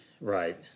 Right